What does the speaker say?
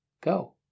go